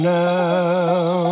now